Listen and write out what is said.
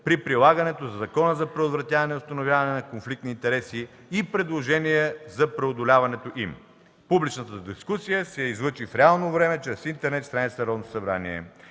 при прилагането на Закона за предотвратяване и установяване на конфликт на интереси (ЗПУКИ) и предложения за преодоляването им. Публичната дискусия се излъчи в реално време чрез интернет страницата на Народното събрание.